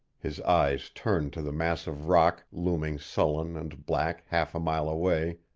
his eyes turned to the mass of rock looming sullen and black half a mile away,